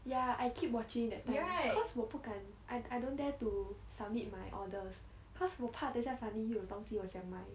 ya I keep watching that thing cause 我不敢 I I don't dare to submit my orders cause 我怕等下 suddenly 又有东西我想买